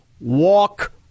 walk